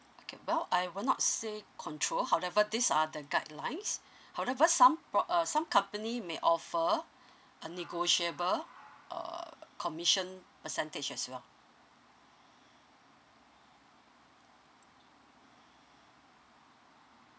okay well I will not say control however these are the guidelines however some for uh some company may offer a negotiable uh commission percentage as well